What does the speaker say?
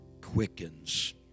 quickens